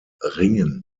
ringen